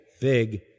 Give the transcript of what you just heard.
big